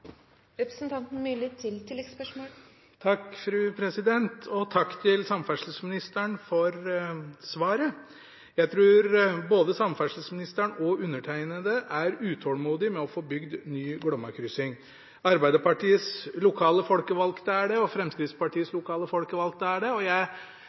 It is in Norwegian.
Takk til samferdselsministeren for svaret. Jeg tror både samferdselsministeren og undertegnede er utålmodige med tanke på å få bygd ny Glomma-kryssing. Arbeiderpartiets lokale folkevalgte er det, og Fremskrittspartiets